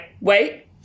wait